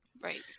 Right